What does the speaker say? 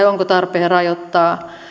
onko tarpeen rajoittaa